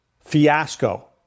fiasco